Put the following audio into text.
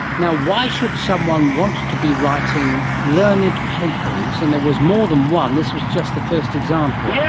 now, why should someone want to be writing learned papers, and there was more than one, this was just the first example, yeah